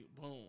boom